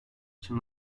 için